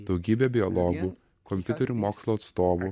daugybė biologų kompiuterių mokslo atstovų